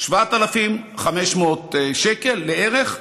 7,500 שקל לערך,